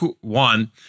one –